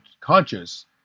conscious